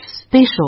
special